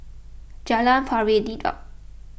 Jalan Pari Dedap